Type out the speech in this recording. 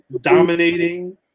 dominating